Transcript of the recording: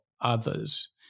others